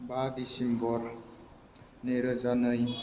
बा डिसेम्बर नैरोजा नै